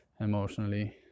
emotionally